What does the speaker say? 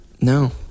No